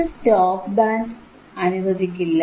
ഇത് stop band അനുവദിക്കില്ല